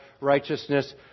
righteousness